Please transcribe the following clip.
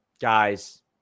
Guys